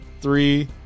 Three